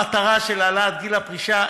המטרה של העלאת גיל הפרישה,